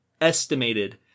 estimated